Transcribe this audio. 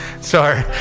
Sorry